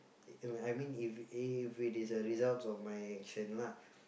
If I mean if if it is a result of my action lah